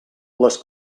les